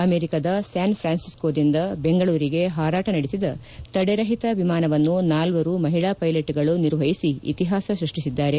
ಅಮೆರಿಕದ ಸ್ಯಾನ್ಫ್ರಾನ್ಸಿಸ್ಕೋದಿಂದ ಬೆಂಗಳೂರಿಗೆ ಹಾರಾಟ ನಡೆಸಿದ ತಡೆರಹಿತ ವಿಮಾನವನ್ನು ನಾಲ್ವರು ಮಹಿಳಾ ಪೈಲೆಟ್ಗಳು ನಿರ್ವಹಿಸಿ ಇತಿಹಾಸ ಸೃಷ್ಟಿಸಿದ್ದಾರೆ